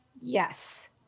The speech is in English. Yes